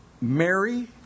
Mary